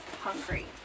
hungry